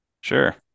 Sure